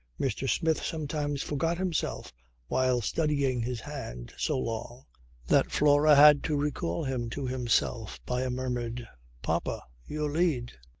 mr. smith sometimes forgot himself while studying his hand so long that flora had to recall him to himself by a murmured papa your lead.